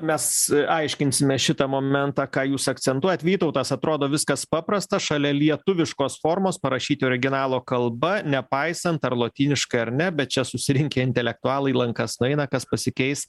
mes aiškinsime šitą momentą ką jūs akcentuojat vytautas atrodo viskas paprasta šalia lietuviškos formos parašyti originalo kalba nepaisant ar lotyniškai ar ne bet čia susirinkę intelektualai į lankas nueina kas pasikeis